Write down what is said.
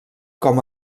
com